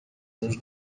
anos